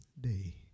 day